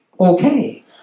Okay